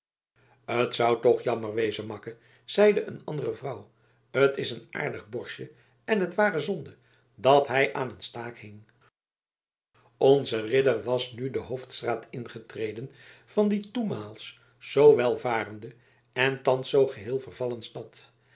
t zou toch jammer wezen makke zeide een andere vrouw t is een aardig borstje en het ware zonde dat hij aan een staak hing onze ridder was nu de hoofdstraat ingetreden van die toenmaals zoo welvarende en thans zoo geheel vervallen stad